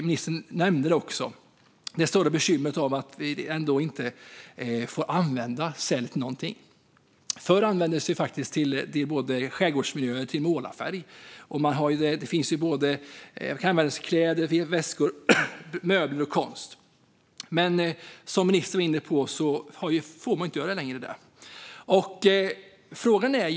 Ministern nämnde det stora bekymret med att vi inte får använda säl till någonting. Förr användes säl i skärgårdsmiljöer till målarfärg. Den kan användas i kläder och till väskor, möbler och konst. Men som ministern var inne på får man inte längre göra det.